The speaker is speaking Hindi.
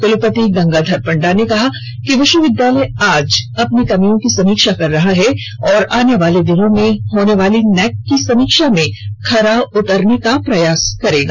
कुलपति गंगाधर पंडा ने कहा कि विश्वविद्यालय आज अपनी कमियों की समीक्षा कर रहा है और आने वाले दिनों में होने वाली नैक की समीक्षा में खरा उतरने का प्रयास करेगा